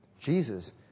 Jesus